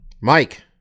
Mike